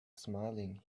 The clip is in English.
smiling